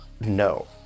no